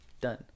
done